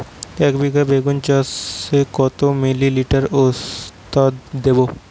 একবিঘা বেগুন চাষে কত মিলি লিটার ওস্তাদ দেবো?